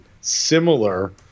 similar